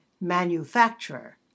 manufacturer